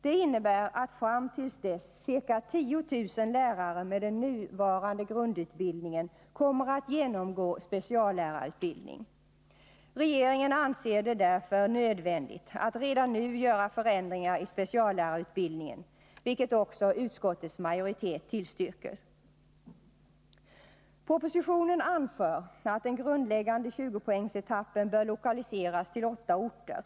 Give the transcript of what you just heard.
Det innebär att fram till dess kommer ca 10 000 lärare med den nuvarande grundutbildningen att genomgå speciallärarutbildning. Regeringen anser det därför nödvändigt att redan nu göra förändringar i speciallärarutbildningen, vilket också utskottets majoritet tillstyrker. I propositionen anförs att den grundläggande 20-poängsetappen bör lokaliseras till åtta orter.